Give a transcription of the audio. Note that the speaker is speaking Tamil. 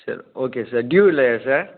சரி ஓகே சார் ட்யூ இல்லையா சார்